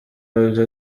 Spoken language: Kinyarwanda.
house